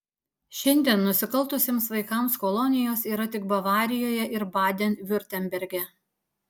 šiandien nusikaltusiems vaikams kolonijos yra tik bavarijoje ir baden viurtemberge